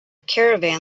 caravan